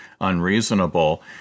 unreasonable